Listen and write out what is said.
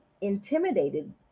intimidated